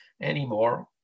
anymore